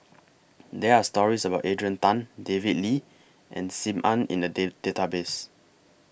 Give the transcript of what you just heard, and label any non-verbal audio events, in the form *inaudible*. There Are stories about Adrian Tan David Lee and SIM Ann in The *unintelligible* Database